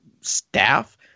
staff